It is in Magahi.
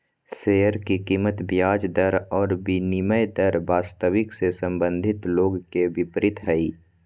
शेयर के कीमत ब्याज दर और विनिमय दर वास्तविक से संबंधित लोग के विपरीत हइ